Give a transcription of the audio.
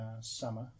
summer